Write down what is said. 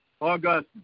August